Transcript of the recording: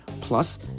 plus